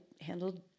handled